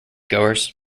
goers